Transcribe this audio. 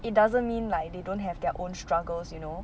it doesn't mean like they don't have their own struggles you know